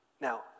Now